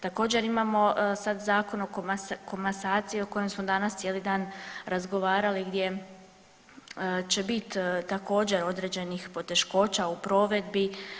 Također imamo, sad Zakon o komasaciji o kojem smo danas cijeli dan razgovarali gdje će biti također određenih poteškoća u provedbi.